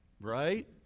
Right